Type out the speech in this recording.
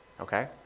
okay